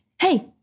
hey